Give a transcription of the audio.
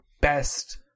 best